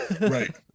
Right